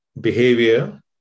behavior